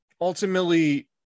ultimately